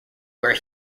where